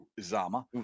Zama